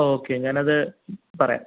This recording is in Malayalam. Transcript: ഓക്കെ ഞാനത് പറയാം